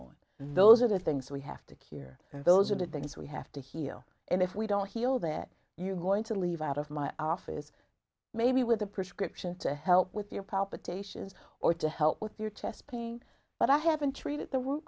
on those are the things we have to cure and those are the things we have to heal and if we don't heal that you're going to leave out of my office maybe with a prescription to help with your palpitations or to help with your chest pain but i haven't treated the root